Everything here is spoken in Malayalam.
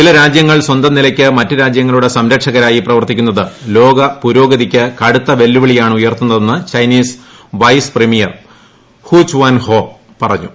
ചില രാജ്യങ്ങൾ സ്വന്തം നിലയ്ക്ക് മറ്റു രാജ്യങ്ങളുടെ സംരക്ഷകരായി പ്രവർത്തിക്കുന്നത് ലോക പുരോഗതിക്ക് കടുത്ത വെല്ലുവിളിയാണ് ഉയർത്തുന്നതെന്ന് Chinese vice premier Hu Chunhua പറഞ്ഞു